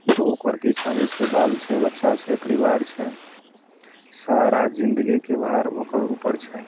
किछु ओकर पीछा जे छै बाल छै बच्चा छै परिवार छै सारा जिन्दगीके भार ओकर उपर छै